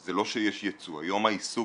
זה לא שיש ייצוא, היום העיסוק